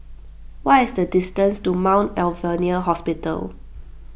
what is the distance to Mount Alvernia Hospital